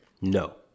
No